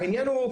העניין הוא,